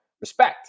respect